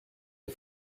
des